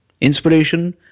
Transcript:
inspiration